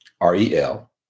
R-E-L